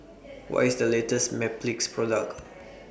What IS The latest Mepilex Product